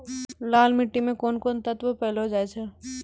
लाल मिट्टी मे कोंन कोंन तत्व पैलो जाय छै?